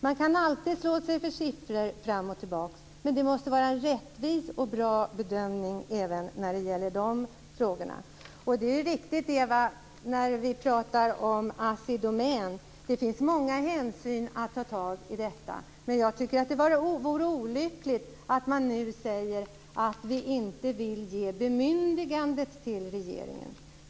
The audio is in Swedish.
Man kan alltid slå med siffror fram och tillbaka, men det måste vara en rättvis och bra bedömning även i de frågorna. När vi talar om Assi Domän finns det många hänsyn - det är riktigt, Eva Flyborg - att ta. Men jag tycker att det vore olyckligt att nu säg att vi inte nu ger bemyndigandet till regeringen.